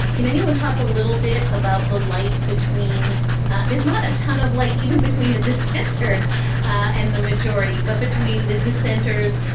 can anyone talk a little bit about the light between there's not a ton of light even between the dissenters and the majority, but between the dissenters,